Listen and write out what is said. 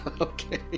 Okay